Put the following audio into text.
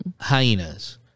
hyenas